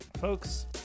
folks